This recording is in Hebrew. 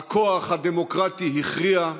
הכוח הדמוקרטי הכריע,